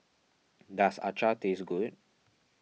does Acar taste good